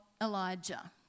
Elijah